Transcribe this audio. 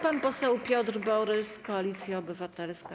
Pan poseł Piotr Borys, Koalicja Obywatelska.